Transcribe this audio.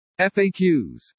FAQs